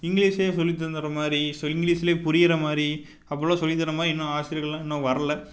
இங்கிலீஷ்லியே சொல்லி தந்துவிட்றமாரி ஸோ இங்கிலீஷில் புரிகிறமாரி அப்பிடெலாம் சொல்லித்தரமாதிரி இன்னும் ஆசிரியர்களெலாம் இன்னும் வரல